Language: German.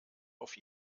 auf